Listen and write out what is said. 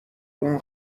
اون